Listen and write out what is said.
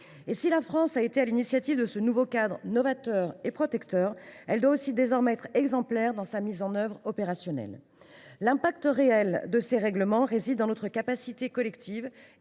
La France ayant été à l’initiative de ce nouveau cadre novateur et protecteur, elle doit être exemplaire dans sa mise en œuvre opérationnelle. L’impact réel de ces règlements réside dans notre capacité collective